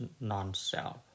non-self